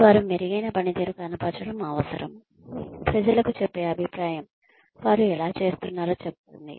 వారు మెరుగైన పనితీరు కనబరచడం అవసరం ప్రజలకు చెప్పే అభిప్రాయం వారు ఎలా చేస్తున్నారో చెప్తుంది